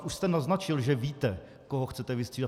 Už jste naznačil, že víte, koho chcete vystřídat.